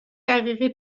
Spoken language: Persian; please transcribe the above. دقیقه